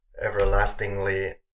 everlastingly